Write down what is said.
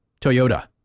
Toyota